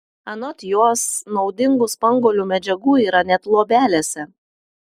anot jos naudingų spanguolių medžiagų yra net luobelėse